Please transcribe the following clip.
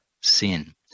sin